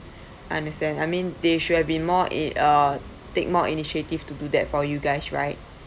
I understand I meant they should have been more err uh take more initiative to do that for you guys right